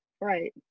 right